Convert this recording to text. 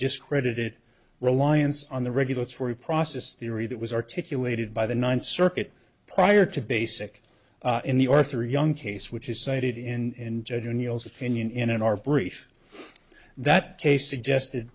discredited reliance on the regulatory process theory that was articulated by the ninth circuit prior to basic in the or through young case which is cited in opinion in our brief that case suggested